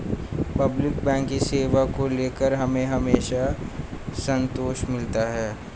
public bank की सेवा को लेकर हमें हमेशा संतोष मिलता है